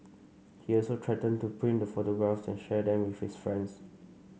he also threatened to print the photographs and share them with his friends